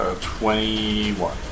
Twenty-one